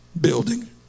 building